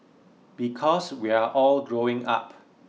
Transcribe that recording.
because we're all growing up